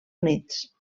units